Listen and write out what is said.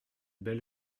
belle